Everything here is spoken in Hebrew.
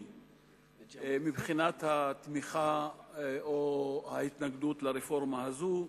מבחינת התמיכה או ההתנגדות לרפורמה הזאת.